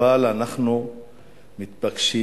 אבל אנחנו מתבקשים,